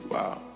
Wow